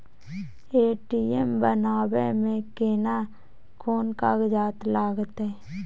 ATM बनाबै मे केना कोन कागजात लागतै?